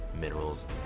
minerals